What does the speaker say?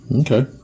Okay